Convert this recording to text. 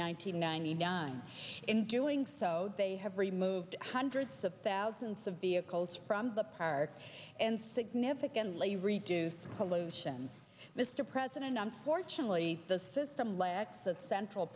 hundred ninety nine in doing so they have removed hundreds of thousands of vehicles from the park and significantly reduce pollution mr president unfortunately the system lacks a central